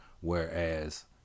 whereas